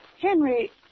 Henry